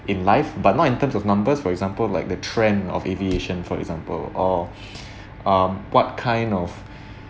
in life but not in terms of numbers for example like the trend of aviation for example or um what kind of